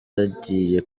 agiye